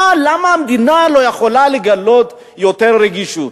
למה המדינה לא יכולה לגלות יותר רגישות?